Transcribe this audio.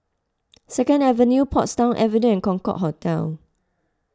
Second Avenue Portsdown Avenue and Concorde Hotel